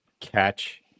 catch